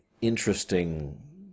interesting